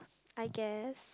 I guess